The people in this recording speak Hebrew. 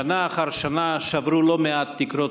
שנה אחר שנה, שברו לא מעט תקרות זכוכית.